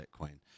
Bitcoin